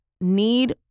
need